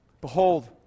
Behold